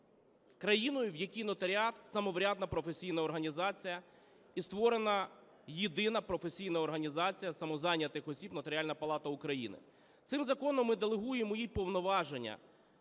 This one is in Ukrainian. країною, в якій нотаріат – самоврядна професійна організація і створена єдина професійна організація самозайнятих осіб – Нотаріальна палата України. Цим законом ми делегуємо їй повноваження